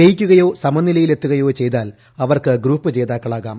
ജയിക്കുകയോ സമനിലയിലെത്തുകയോ ചെയ്താൽ അവർക്ക് ഗ്രൂപ്പ് ജേതാക്കളാകാം